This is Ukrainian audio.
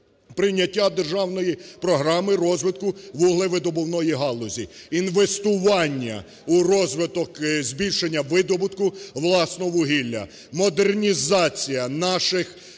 прийняття державної програми розвитку вуглевидобувної галузі, інвестування в розвиток збільшення видобутку власного вугілля. Модернізація наших